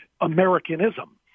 Americanism